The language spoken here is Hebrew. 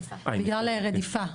בגלל רדיפה.